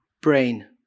Brain